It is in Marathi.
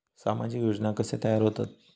सामाजिक योजना कसे तयार होतत?